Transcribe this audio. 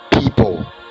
people